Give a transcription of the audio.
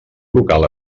local